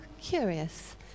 curious